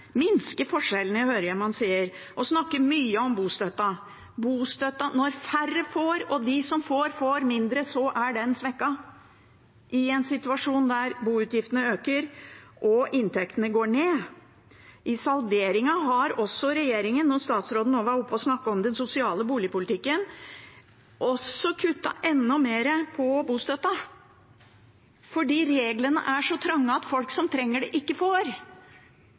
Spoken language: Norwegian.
Minske forskjellene, hører jeg man sier, og man snakker mye om bostøtten. Når færre får og de som får, får mindre, er den svekket i en situasjon der boutgiftene øker og inntektene går ned. I salderingen har regjeringen – og statsråden var oppe og snakket om den sosiale boligpolitikken – kuttet enda mer i bostøtten. Reglene er så trange at folk som trenger det, ikke får.